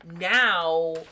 now